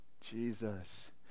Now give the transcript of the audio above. Jesus